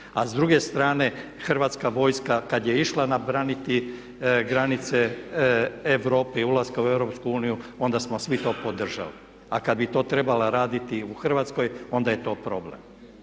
A s druge strane Hrvatska vojska kad je išla braniti granice Europi, ulaska u EU onda smo svi to podržali. A kad bi to trebala raditi u Hrvatskoj onda je to problem.